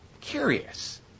curious